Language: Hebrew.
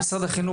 משרד החינוך,